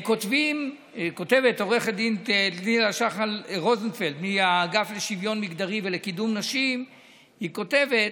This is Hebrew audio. עו"ד טלילה שחל-רוזנפלד מהאגף לשוויון מגדרי ולקידום נשי כותבת: